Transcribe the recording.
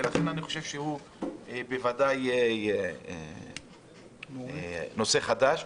ולכן זה בוודאי נושא חדש.